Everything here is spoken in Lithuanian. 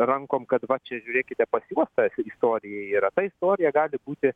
rankom kad va čia žiūrėkite pas juos ta istorija yra ta istorija gali būti